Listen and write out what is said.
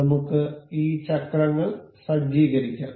നമുക്ക് ഈ ചക്രങ്ങൾ സജ്ജീകരിക്കാം